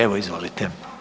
Evo izvolite.